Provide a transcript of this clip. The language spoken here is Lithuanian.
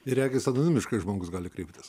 ir regis anonimiškai žmogus gali kreiptis